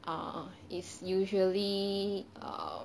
err is usually err